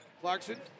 Clarkson